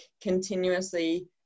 continuously